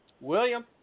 William